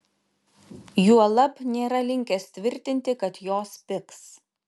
juolab nėra linkęs tvirtinti kad jos pigs